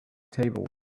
table